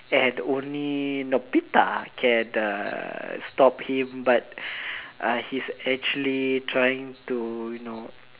and only Nobita can uh stop him but uh he's actually trying to you know